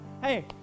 Hey